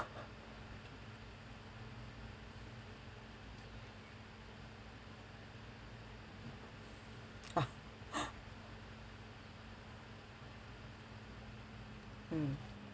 mm